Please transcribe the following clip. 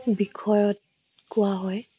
বিষয়ত কোৱা হয়